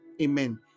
Amen